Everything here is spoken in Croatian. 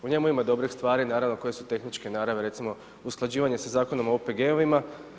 U njemu ima dobrih stvari, naravno koje su tehničke naravi, recimo usklađivanje sa Zakonom o OPG-ovima.